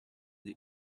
the